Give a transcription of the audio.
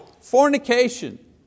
Fornication